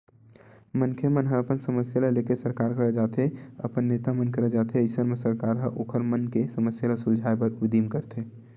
मनखे मन ह अपन समस्या ल लेके सरकार करा जाथे अपन नेता मन करा जाथे अइसन म सरकार ह ओखर मन के समस्या ल सुलझाय बर उदीम करथे